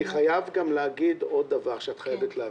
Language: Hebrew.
אני חייב להגיד עוד דבר שאת חייבת להבין.